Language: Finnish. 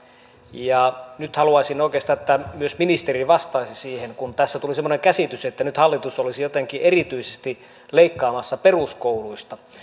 ja nyt haluaisin oikeastaan että myös ministeri vastaisi siihen kun tässä tuli semmoinen käsitys että nyt hallitus olisi jotenkin erityisesti leikkaamassa peruskouluista